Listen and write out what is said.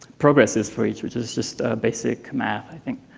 progresses for each, which is just basic math, i think.